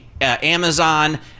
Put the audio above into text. Amazon